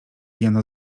jeno